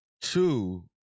two